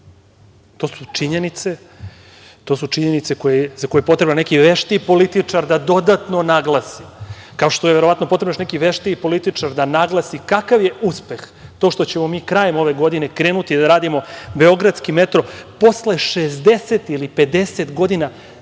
To su činjenice koje je potrebno neki veštiji političar da dodatno naglasi, kao što je potreban verovatno neki veštiji političar da naglasi kakav je uspeh to što ćemo krajem ove godine krenuti da radimo „Beogradski metro“ posle 50 ili 60 godina